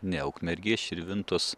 ne ukmergė širvintos